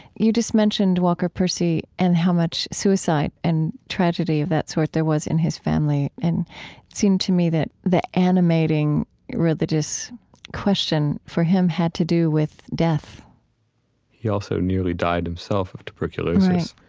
you just mentioned walker percy and how much suicide and tragedy of that sort there was in his family. and it seemed to me that the animating religious question for him had to do with death he also nearly died himself of tuberculosis.